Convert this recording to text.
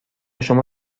شما